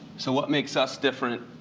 so what makes us different